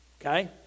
Okay